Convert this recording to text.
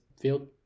field